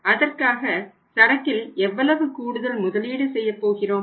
அதற்காக சரக்கில் எவ்வளவு கூடுதல் முதலீடு செய்யப் போகிறோம்